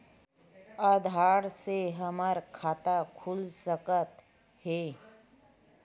आधार से हमर खाता खुल सकत हे?